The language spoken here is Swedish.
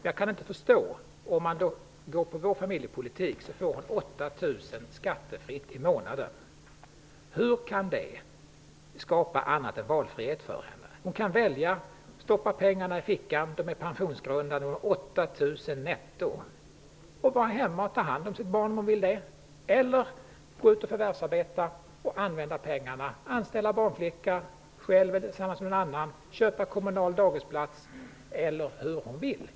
Jag kan fortfarande inte förstå -- därför skall Eva Zetterberg gärna få svara på den frågan -- hur detta kan skapa annat än valfrihet för en ensamstående mamma. Hon kan välja att stoppa dessa 8 000 netto i fickan -- de är pensionsgrundande -- och vara hemma och ta hand om sitt barn, om hon vill det. Hon kan också välja att förvärvsarbeta och använda pengarna till att anställa barnflicka, ensam eller tillsammans med någon annan, eller köpa kommunal dagisplats.